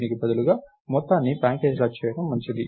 దీనికి బదులుగా మొత్తాన్ని ప్యాకేజ్ లా చేయడం మంచిది